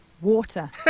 water